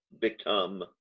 become